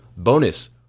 Bonus